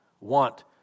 want